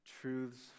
truths